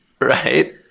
right